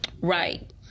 Right